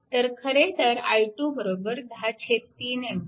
तर खरेतर i2 103 A